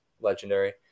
legendary